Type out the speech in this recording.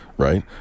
Right